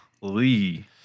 Lee